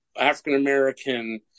African-American